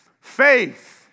faith